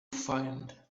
find